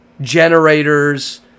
generators